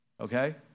Okay